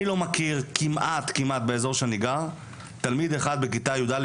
אני לא מכיר כמעט באזור שאני גר תלמיד אחד בכיתה י"א,